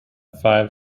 five